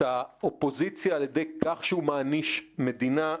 האופוזיציה על-ידי כך שהוא מעניש מדינה.